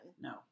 No